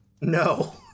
No